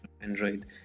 Android